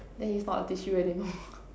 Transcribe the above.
then it's not a tissue anymore